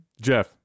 Jeff